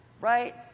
right